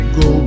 go